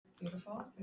beautiful